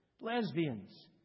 lesbians